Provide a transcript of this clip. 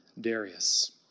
Darius